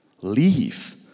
leave